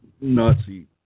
Nazi